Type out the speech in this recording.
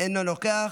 אינו נוכח,